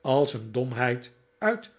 als een domheid uit